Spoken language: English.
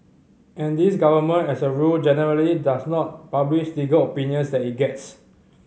and this government as a rule generally does not publish legal opinions that it gets